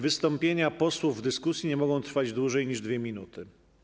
Wystąpienia posłów w dyskusji nie mogą trwać dłużej niż 2 minuty.